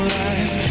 life